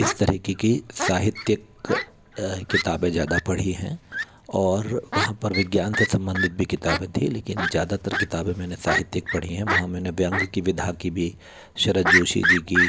इस तरीक़े के साहित्यिक किताबें ज़्यादा पढ़ी हैं और वहाँ पर विज्ञान से संबंधित भी किताबें थी लेकिन ज़्यादातर किताबें मैंने साहित्यिक पढ़ी है वहाँ मैंने ब्यंग की विधा की भी शरद जोशी जी की